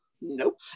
Nope